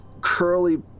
curly